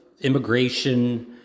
immigration